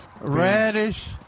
radish